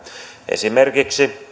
esimerkiksi